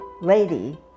lady